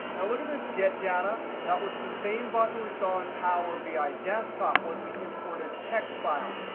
now look at this get data. that was the same button we saw in power bi desktop when we imported text files.